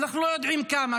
אנחנו לא יודעים כמה,